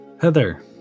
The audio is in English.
Heather